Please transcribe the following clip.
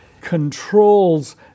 controls